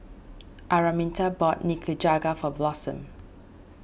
Araminta bought Nikujaga for Blossom